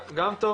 גם טוב.